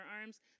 arms